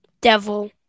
Devil